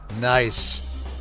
Nice